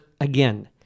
again